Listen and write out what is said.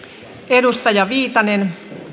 edustaja lindtman